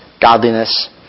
godliness